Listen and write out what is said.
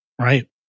Right